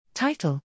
Title